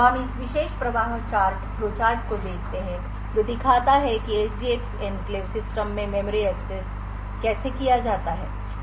तो हम इस विशेष प्रवाह चार्ट को देखते हैं जो दिखाता है कि एसजीएक्स एन्क्लेव सिस्टम में मेमोरी एक्सेस कैसे किया जाता है